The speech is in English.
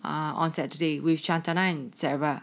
on saturday with chantana and sarah